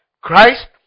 Christ